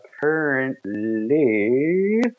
currently